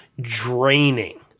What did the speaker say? draining